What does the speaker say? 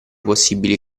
possibili